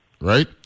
right